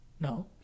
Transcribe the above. No